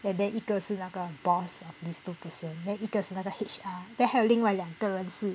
then then 一个是那个 boss of this two person then 一个是那个 H_R then 还有另外两个人是